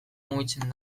mugitzen